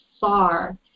far